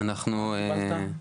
שמעת?